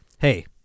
Hey